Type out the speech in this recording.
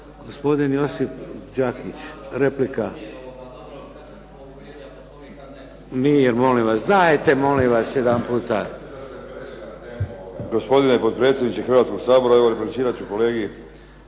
Gospodin Josip Đakić, replika. Mir molim vas. Dajte molim vas jedanputa. **Đakić, Josip (HDZ)** Gospodine potpredsjedniče Hrvatskog sabora, evo replicirat ću kolegi